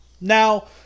Now